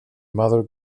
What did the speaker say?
mother